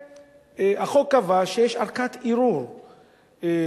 החוק קבע שיש ערכאת ערעור אובייקטיבית,